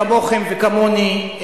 כמוכם וכמוני,